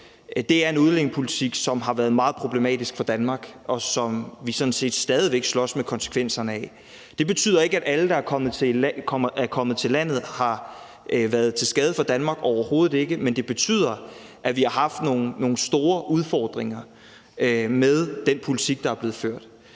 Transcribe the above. er en udlændingepolitik, som har været meget problematisk for Danmark, og som vi sådan set stadig væk slås med konsekvenserne af. Det betyder ikke, at alle, der er kommet til landet, har været til skade for Danmark, overhovedet ikke, men det betyder, at vi har haft nogle store udfordringer med den politik, der er blevet ført.